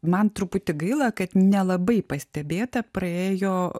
man truputį gaila kad nelabai pastebėta praėjo